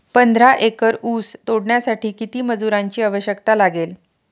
पंधरा एकर ऊस तोडण्यासाठी किती मजुरांची आवश्यकता लागेल?